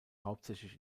hauptsächlich